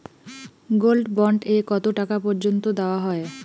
Gold bond এ কতো টাকা পর্যন্ত দেওয়া হয়?